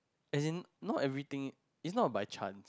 as in not everything is not by chance